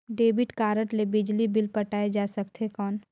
Debit card ले बिजली bill पटाय जा सकथे कौन?